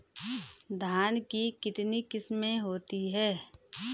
धान की कितनी किस्में होती हैं?